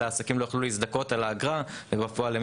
אלא עסקים לא יוכלו להזדכות על האגרה ובפועל הם